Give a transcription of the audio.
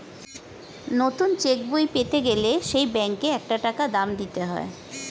নতুন চেক বই পেতে গেলে সেই ব্যাংকে একটা টাকা দাম দিতে হয়